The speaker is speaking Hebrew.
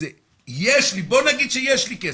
בוא נגיד שיש לי כסף: